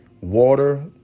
water